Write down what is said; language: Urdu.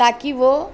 تا کہ وہ